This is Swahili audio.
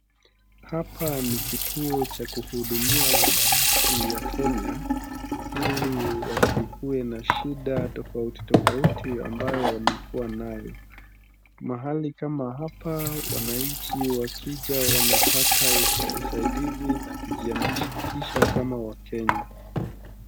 Hapa ni kituo cha kuhudumia wananchi ya Kenya ili wasikuwe na shida tofauti tofauti ambayo wamekuwa nayo. Mahali kama hapa wananchi wakija wanapata usaidizi na kujiandikisha kama wakenya.